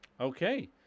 Okay